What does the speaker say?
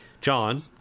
John